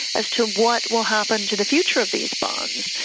as to what will happen to the future of these bonds.